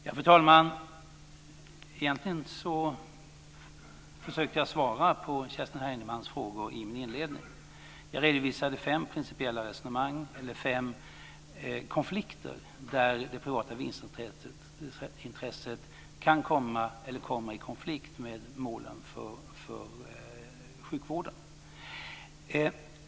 Fru talman! Egentligen försökte jag svara på Kerstin Heinemanns frågor i min inledning. Jag redovisade fem principiella resonemenang om konflikter, där det privata vinstintresset kan komma i konflikt med målen för sjukvården.